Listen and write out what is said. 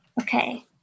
Okay